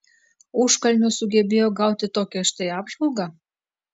užkalnio sugebėjo gauti tokią štai apžvalgą